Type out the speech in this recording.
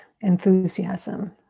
enthusiasm